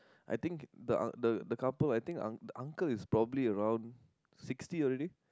I think the unc~ the the couple I think the the uncle is probably around sixty already